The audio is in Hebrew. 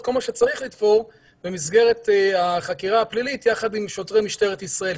כל מה שצריך לתפור במסגרת החקירה הפלילית יחד עם שוטרי משטרת ישראל,